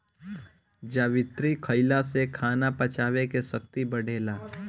जावित्री खईला से खाना पचावे के शक्ति बढ़ेला